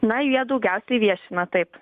na jie daugiausiai viešina taip